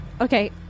okay